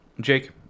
Jake